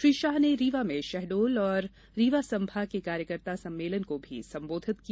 श्री शाह ने रीवा में शहडोल और रीवा संभाग के कार्यकर्ता सम्मेलन को भी संबोधित किया